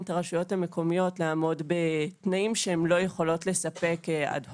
את הרשויות המקומיות לעמוד בתנאים שלא יכולות לספק אד הוק.